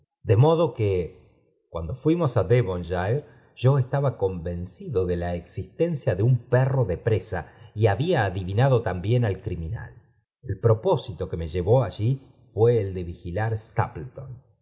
i modo que cuando fuimos á devonshirc rulaba conven cido de la existencia do un peno do prosa y había adivinado también al criminal el propósito que me llevó allí fue el de vigilar